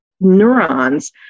neurons